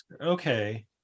Okay